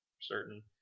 Certain